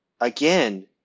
Again